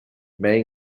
may